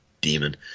demon